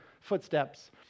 footsteps